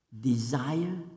desire